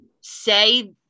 say